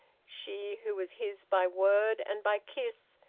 she who was his by word and by kiss,